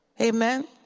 Amen